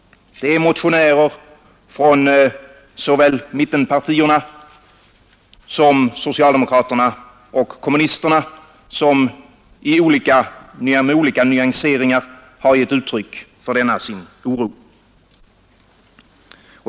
Det är motionärer såväl från mittenpartierna som från socialdemokraterna och kommunisterna som med olika nyanseringar har gett uttryck för denna sin oro.